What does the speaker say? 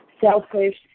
selfish